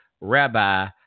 rabbi